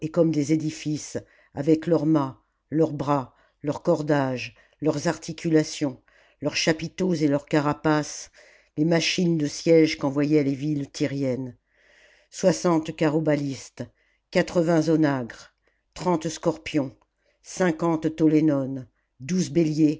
des édifices avec leurs mâts leurs bras leurs cordages leurs articulations leurs chapiteaux et leurs carapaces les machines de siège qu'envoyaient les villes tyriennes soixante carrobalistes quatre-vingts onagres trente scorpions cinquante tollénones douze béliers